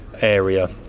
area